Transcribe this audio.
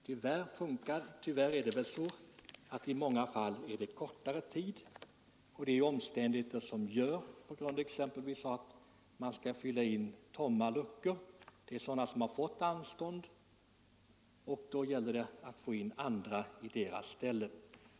Tyvärr är det väl i många fall kortare tid mellan meddelande om inkallelse och tidpunkt för inkallelsen, exempelvis på grund av att man skall fylla luckor efter sådana som har fått anstånd — sätta in andra i deras ställe.